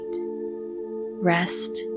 rest